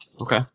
Okay